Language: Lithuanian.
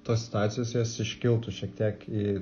tos situacijos jos iškiltų šiek tiek į